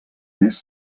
més